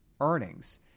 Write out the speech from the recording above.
earnings